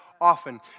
often